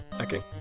Okay